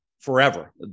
Forever